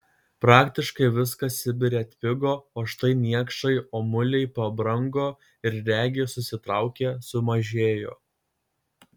praktiškai viskas sibire atpigo o štai niekšai omuliai pabrango ir regis susitraukė sumažėjo